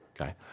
okay